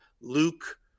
Luke